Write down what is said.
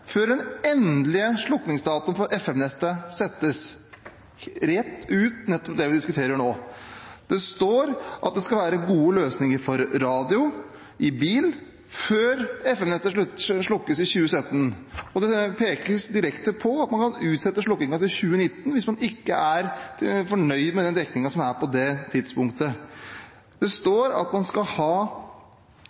før den endelige slukningsdatoen fastsettes» for FM-nettet – rett ut nettopp det vi diskuterer nå. Det står at det skal være «gode løsninger for radiomottak i bil» før FM-nettet slukkes i 2017. Det pekes direkte på at man kan utsette slukkingen til 2019 hvis man ikke er fornøyd med den dekningen som er på det tidspunktet. Det står at man skal ha